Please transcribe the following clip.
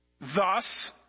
Thus